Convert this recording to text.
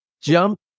jump